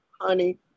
honey